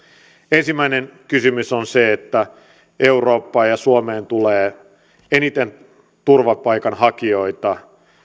ensimmäinen kysymys on se että eurooppaan ja suomeen tulee eniten turvapaikanhakijoita